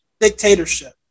dictatorship